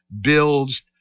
builds